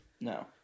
No